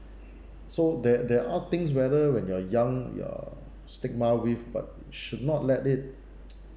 so there there are things whether when you are young you're stigma with but should not let it